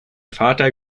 vater